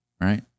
right